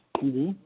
جی